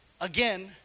again